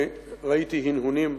ראיתי הנהונים.